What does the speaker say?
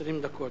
20 דקות.